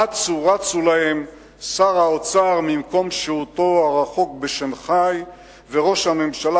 אצו רצו להם שר האוצר ממקום שהותו הרחוק בשנגחאי וראש הממשלה